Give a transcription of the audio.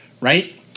right